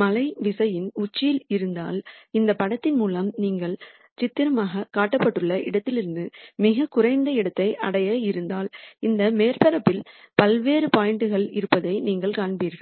மலை விசையின் உச்சியில் இருந்தால் இந்த படத்தின் மூலம் நீங்கள் சித்திரமாக காட்டப்பட்டுள்ள இடத்திலிருந்து மிகக் குறைந்த இடத்தை அடைய இருந்தால் இந்த மேற்பரப்பில் பல்வேறு பாயிண்ட் கள் இருப்பதை நீங்கள் காண்பீர்கள்